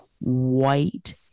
white